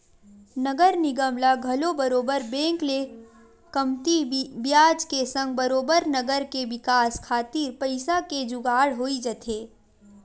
नगर निगम ल घलो बरोबर बेंक ले कमती बियाज के संग बरोबर नगर के बिकास खातिर पइसा के जुगाड़ होई जाथे